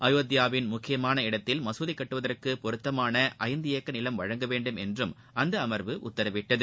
அயோத்தியாவின் முக்கியமான இடத்தில் மசூதி கட்டுவதற்கு பொருத்தமான ஐந்து ஏக்கர் நிலம் வழங்க வேண்டும் என்றும் அந்த அமர்வு உத்தரவிட்டது